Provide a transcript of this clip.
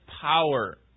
power